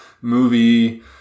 movie